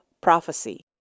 prophecy